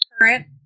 current